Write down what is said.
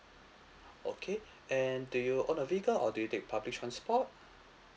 okay and do you own a vehicle or do you take public transport